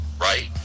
right